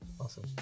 Awesome